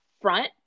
front